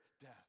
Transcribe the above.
death